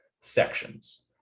sections